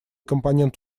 компонент